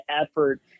effort